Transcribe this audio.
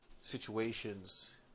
situations